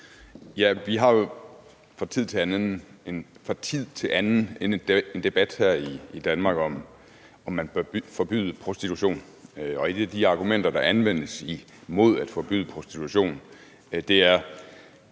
Vi har jo fra tid til anden en debat her i Danmark, om man bør forbyde prostitution. Et af de argumenter, der anvendes imod at forbyde prostitution, er,